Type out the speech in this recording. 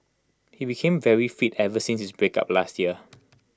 he became very fit ever since his breakup last year